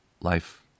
Life